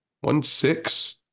one-six